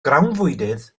grawnfwydydd